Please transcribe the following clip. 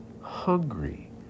hungry